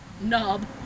knob